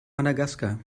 madagaskar